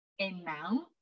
amount